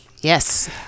yes